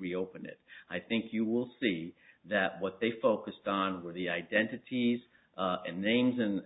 reopen it i think you will see that what they focused on were the identities and names and